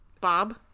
Bob